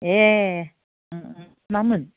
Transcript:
ए मामोन